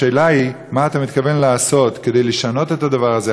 השאלה היא מה אתה מתכוון לעשות כדי לשנות את הדבר הזה.